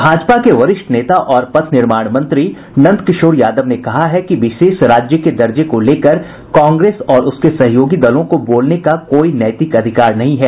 भाजपा के वरिष्ठ नेता और पथ निर्माण मंत्री नंद किशोर यादव ने कहा है कि विशेष राज्य के दर्जे को लेकर कांग्रेस और उसके सहयोगी दलों को बोलने का कोई नैतिक अधिकार नहीं है